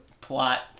plot